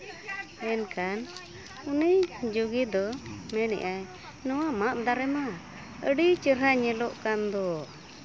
ᱢᱮᱱᱠᱷᱟᱱ ᱱᱩᱭ ᱡᱩᱜᱤ ᱫᱚᱭ ᱢᱮᱱᱮᱜᱼᱟᱭ ᱱᱚᱣᱟ ᱢᱟᱫᱽ ᱫᱟᱨᱮ ᱢᱟ ᱟᱹᱰᱤ ᱪᱮᱨᱦᱟ ᱧᱮᱞᱚᱜ ᱠᱟᱱ ᱫᱚ